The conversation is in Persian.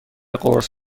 قرص